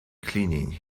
cleaning